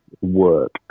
work